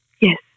Yes